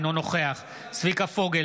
אינו נוכח צביקה פוגל,